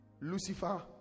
Lucifer